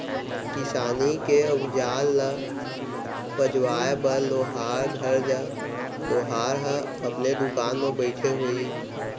किसानी के अउजार ल पजवाए बर लोहार घर जा, लोहार ह अपने दुकान म बइठे होही